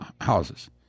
houses